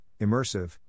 immersive